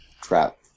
trap